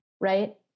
Right